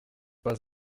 pas